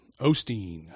Osteen